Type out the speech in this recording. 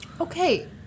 Okay